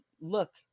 look